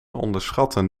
onderschatten